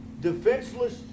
Defenseless